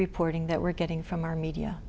reporting that we're getting from our media